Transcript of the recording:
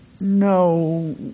no